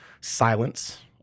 silence